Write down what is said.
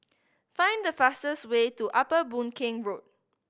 find the fastest way to Upper Boon Keng Road